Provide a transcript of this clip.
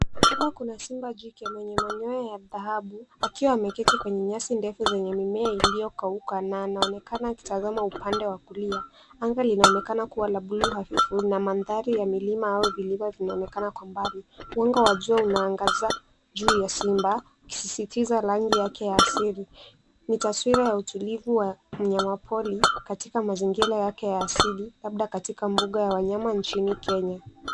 Hapa kuna simba kike, mwenye manyoya ya dhahabu, akiwa ameketi kwenye nyasi ndefu zenye mimea iliyokauka, na anaonekana akitazama upande wa kulia. Anga linaonekana kuwa la blue hafifu, na mandhari ya milima au viliva vinaonekana kwa mbali, mwanga wa jua unaangaza juu ya simba, ikisisitiza rangi yake ya asili. Ni twasira ya utulivu wa mnyama pori, katika mazingira yake ya asili, labda katika mbuga ya wanyama nchini Kenya.